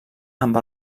amb